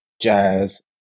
jazz